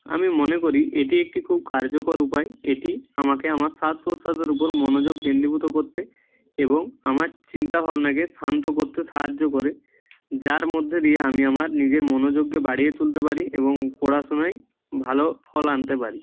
আমি মনে করি এটি একটি খুব কার্যকর উপায় এটি আমাকে আমার শ্বাস প্রশ্বাসের ওপর মনোযোগ কেন্দ্রীভূত করতে এবং আমার চিন্তা ভাবনাকে শান্ত করতে সাহায্য করে যার মধ্যে দিয়ে আমি আমার নিজের মনোযোগকে বাড়িয়ে তুলতে পারি এবং পড়াশোনায় ভালো ফল আনতে পারি